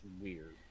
weird